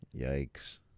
Yikes